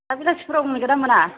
दा बेलासिफोराव मोनगोनना मोना